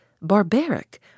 barbaric